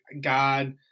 God